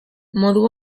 modu